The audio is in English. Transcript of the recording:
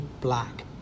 black